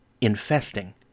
infesting